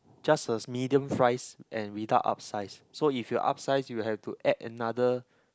just a medium fries and without upsize so if you upsize you have to add another